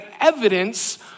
evidence